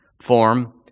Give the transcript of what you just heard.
form